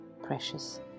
precious